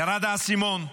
ירד האסימון.